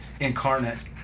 incarnate